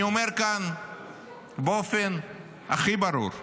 אני אומר כאן באופן הכי ברור,